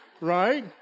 right